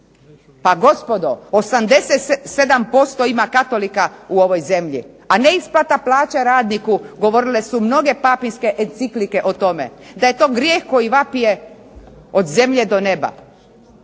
Pa gospodo 87% ima katolika ima u ovoj zemlji, a neisplata plaća radniku govorile su mnoge papinske enciklike o tome, da je to grijeh koji vapije od zemlje do neba.